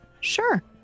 Sure